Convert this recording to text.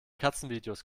katzenvideos